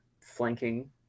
flanking